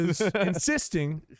insisting